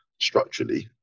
structurally